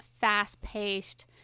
fast-paced